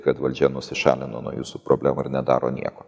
kad valdžia nusišalino nuo jūsų problemų ir nedaro nieko